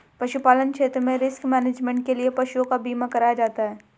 पशुपालन क्षेत्र में रिस्क मैनेजमेंट के लिए पशुओं का बीमा कराया जाता है